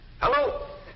Hello